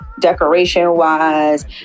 decoration-wise